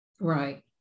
Right